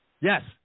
Yes